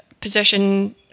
position